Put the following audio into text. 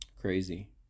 crazy